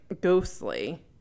ghostly